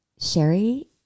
Sherry